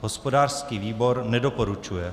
Hospodářský výbor nedoporučuje.